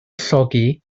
llogi